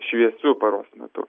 šviesiu paros metu